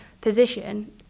position